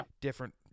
different